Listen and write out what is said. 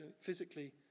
physically